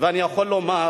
ויכול לומר.